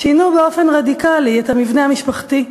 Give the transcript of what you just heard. שינו באופן רדיקלי את המבנה המשפחתי,